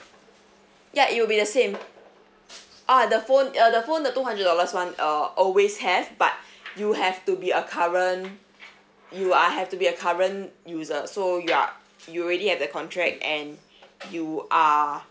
ya it will be the same ah the phone uh the phone the two hundred dollars [one] uh always have but you have to be a current you are have to be a current user so you are you already have the contract and you are